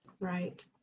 Right